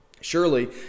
Surely